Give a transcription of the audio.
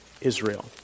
Israel